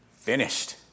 Finished